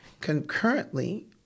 concurrently